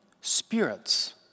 spirits